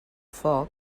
foc